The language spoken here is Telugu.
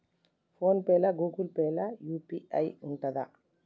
ఫోన్ పే లా గూగుల్ పే లా యూ.పీ.ఐ ఉంటదా?